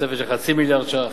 תוספת של חצי מיליארד שקלים.